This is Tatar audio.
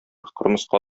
кырмыска